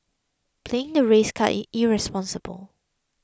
playing the race card is irresponsible